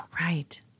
Right